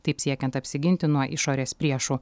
taip siekiant apsiginti nuo išorės priešų